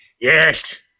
Yes